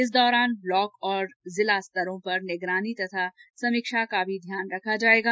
इस दौरान ब्लॉक और जिला स्तरों पर निगरानी तथा समीक्षा पर भी ध्यान दिया जायेगा